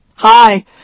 Hi